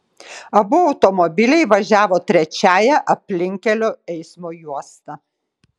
abu automobiliai važiavo trečiąja aplinkkelio eismo juosta